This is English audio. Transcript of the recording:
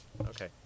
Okay